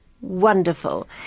wonderful